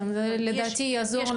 כן, לדעתי זה יעזור להרבה אנשים.